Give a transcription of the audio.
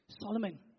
Solomon